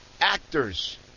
Actors